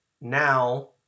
now